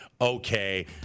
okay